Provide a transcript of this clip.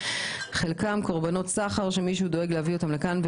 חלקם קורבנות סחר שמישהו דואג להזמין אותם לכאן.